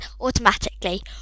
automatically